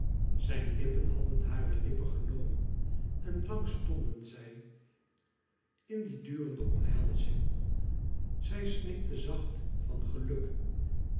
zijn lippen hadden hare hppen genomen en lang stonden zij in die durende omhelzing zij snikte zacht van geluk